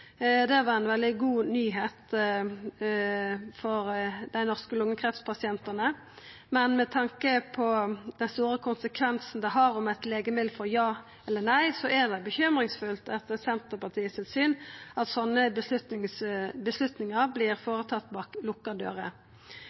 Det var ei veldig god nyheit for dei norske lungekreftpasientane, men med tanke på dei store konsekvensane det har om eit legemiddel får ja eller nei, er det bekymringsfullt, slik Senterpartiet ser det, at slike avgjerder vert gjorde bak lukka dører.